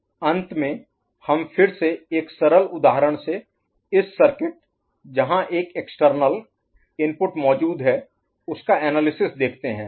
X AnBn अंत में हम फिर से एक सरल उदाहरण से इस सर्किट जहां एक एक्सटर्नल External बाहरी इनपुट मौजूद है उसका एनालिसिस देखते हैं